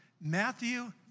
Matthew